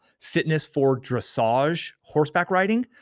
fitness for dressage horseback riding.